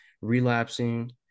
relapsing